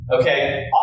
okay